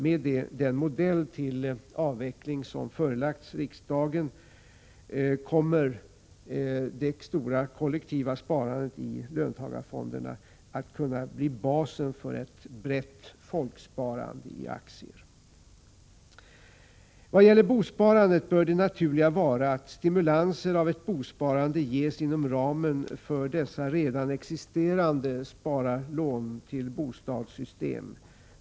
Med den modell till avveckling som har förelagts riksdagen kommer det stora, kollektiva sparandet i löntagarfonderna att kunna bli basen för ett brett folksparande i aktier. Vad gäller bosparandet bör det naturliga vara att stimulanser av ett bosparande ges inom ramen för de redan existerande ”spara-låna-till-bostadsystemen”.